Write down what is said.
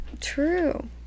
True